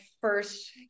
first